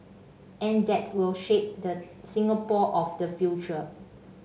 and that will shape the Singapore of the future